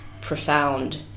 profound